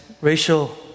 racial